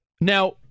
Now